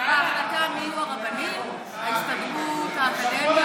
באה להרחיב את ההשפעה של החברה, הצעת חוקן.